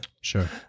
Sure